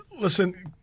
Listen